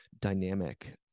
dynamic